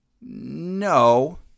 no